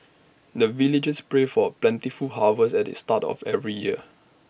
the villagers pray for plentiful harvest at the start of every year